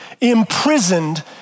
imprisoned